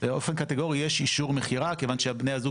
באופן קטגורי יש אישור מכירה כיוון שבני הזוג